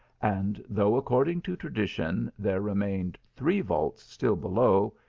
and though, according to tradition, there remained three vaults still below,